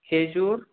খেজুর